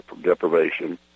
deprivation